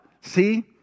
see